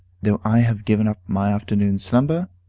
though i have given up my afternoon slumber,